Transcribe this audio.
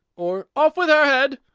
or off with her head!